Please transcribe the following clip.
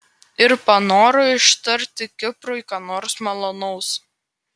ir panoro ištarti kiprui ką nors malonaus